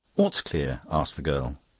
what's clear? asked the girl.